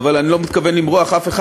אבל אני לא מתכוון למרוח אף אחד.